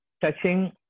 touching